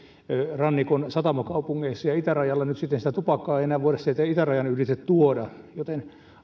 rannikon satamakaupungeissa ja nyt sitten sitä tupakkaa ei enää voida sieltä itärajan ylitse tuoda joten